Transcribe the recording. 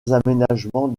aménagements